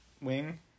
Wing